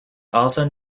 also